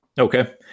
Okay